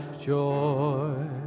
joy